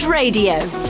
Radio